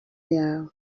yawe